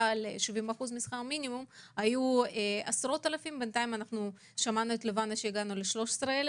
ל-70% משכר המינימום היו עשרות אלפים ושמענו את לבנה שהגענו ל-13,000